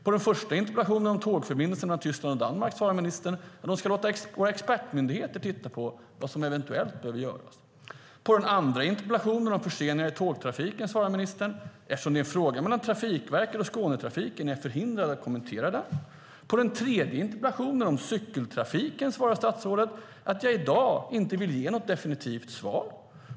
På den första interpellationen om tågförbindelserna mellan Tyskland och Danmark svarar ministern att man ska låta våra expertmyndigheter titta på vad som eventuellt bör göras. På den andra interpellationen om förseningar i tågtrafiken svarar ministern att eftersom det är en fråga mellan Trafikverket och Skånetrafiken är hon förhindrad att kommentera det. På den tredje interpellationen om cykeltrafiken svarar ministern att hon i dag inte vill ge något definitivt svar.